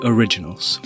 Originals